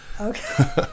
Okay